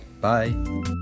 bye